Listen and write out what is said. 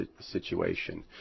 situation